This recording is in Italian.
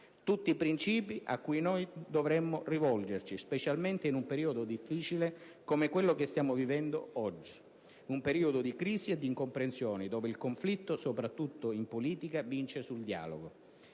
Tutti principi, questi, a cui noi dovremmo rivolgerci, specialmente in un periodo difficile come quello che stiamo vivendo oggi: un periodo di crisi e di incomprensioni, dove il conflitto, soprattutto in politica, vince sul dialogo.